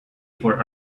for